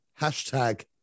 hashtag